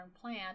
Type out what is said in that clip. plant